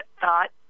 thought